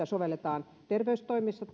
sovelletaan terveystoimessa